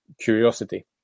curiosity